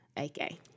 Okay